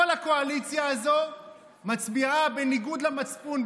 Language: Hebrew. כל הקואליציה הזאת מצביעה בניגוד למצפון,